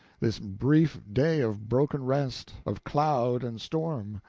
this brief day of broken rest, of cloud and storm,